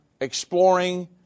exploring